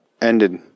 Ended